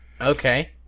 Okay